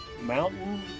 Mountain